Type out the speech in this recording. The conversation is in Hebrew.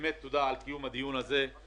באמת תודה על קיום הדיון הזה.